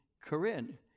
Corinne